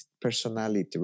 personality